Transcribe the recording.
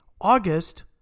August